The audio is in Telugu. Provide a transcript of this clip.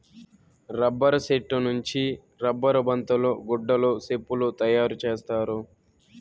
రబ్బర్ సెట్టు నుంచి రబ్బర్ బంతులు గుడ్డలు సెప్పులు తయారు చేత్తారు